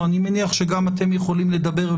אנחנו ניפגש בהקדם ואנחנו נקיים את השיח.